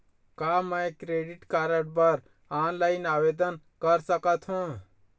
का मैं credit card बर ऑनलाइन आवेदन कर सकथों?